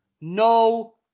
no